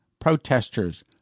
protesters